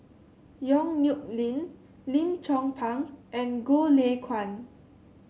Yong Nyuk Lin Lim Chong Pang and Goh Lay Kuan